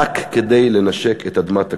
רק כדי לנשק את אדמת הקודש.